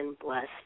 blessed